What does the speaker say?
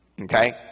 Okay